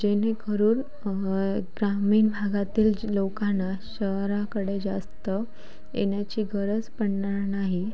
जेणेकरून ग्रामीण भागातील जे लोकांना शहराकडे जास्त येण्याची गरज पडणार नाही